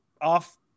off